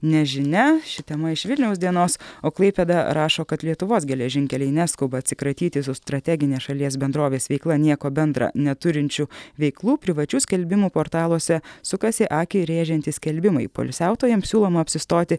nežinia ši tema iš vilniaus dienos o klaipėda rašo kad lietuvos geležinkeliai neskuba atsikratyti su strategine šalies bendrovės veikla nieko bendra neturinčių veiklų privačių skelbimų portaluose sukasi akį rėžiantys skelbimai poilsiautojams siūloma apsistoti